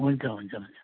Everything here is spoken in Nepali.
हुन्छ हुन्छ हुन्छ